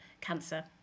cancer